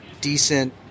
decent